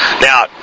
Now